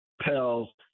Pell